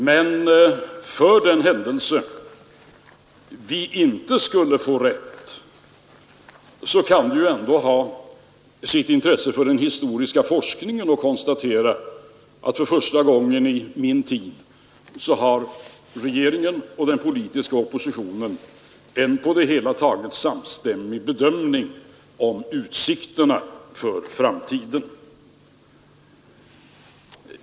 Men för den händelse att vi inte skulle få rätt, kan det ju ändå ha sitt intresse för den historiska forskningen att konstatera, att regeringen och den politiska oppositionen för första gången under min tid har en på det hela taget samstämmig bedömning av utsikterna för framtiden.